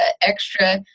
extra